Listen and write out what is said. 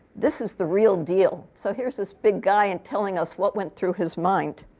this is the real deal. so here's this big guy and telling us what went through his mind.